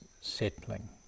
settling